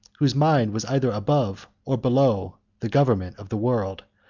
whose mind was either above or below the government of the world,